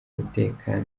mutekano